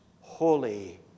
holy